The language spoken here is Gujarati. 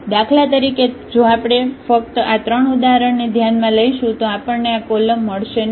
દાખલ તરીકે જો આપણે ફક્ત આ ત્રણ ઉદાહરણને ધ્યાનમાં લઈશું તો આપણને આ કોલમ મળશે નહિ